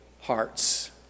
hearts